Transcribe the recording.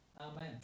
Amen